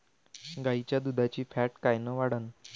गाईच्या दुधाची फॅट कायन वाढन?